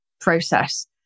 process